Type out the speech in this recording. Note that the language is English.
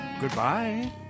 goodbye